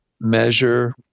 measure